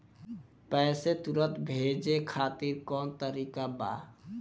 पैसे तुरंत भेजे खातिर कौन तरीका बा?